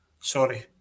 Sorry